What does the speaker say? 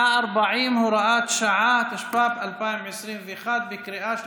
140, הוראת שעה), התשפ"ב 2021, בקריאה שלישית.